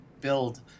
build